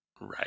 Right